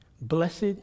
Blessed